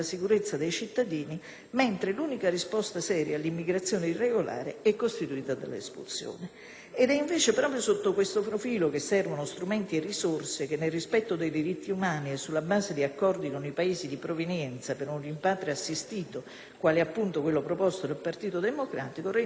Ed è, invece, sotto questo profilo che servono strumenti e risorse che, nel rispetto dei diritti umani e sulla base di accordi con i Paesi di provenienza per un rimpatrio assistito (come proposto dal PD) rendano effettiva tale misura amministrativa, dando davvero impulso ad una strategia di contrasto all'immigrazione irregolare.